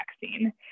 vaccine